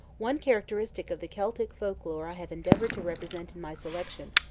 one characteristic of the celtic folk-lore i have endeavoured to represent in my selection,